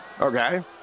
Okay